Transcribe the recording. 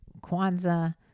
Kwanzaa